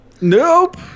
Nope